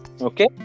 Okay